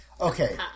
Okay